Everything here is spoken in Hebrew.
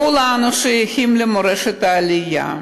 כולנו שייכים למורשת העלייה.